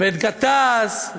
ואת גטאס,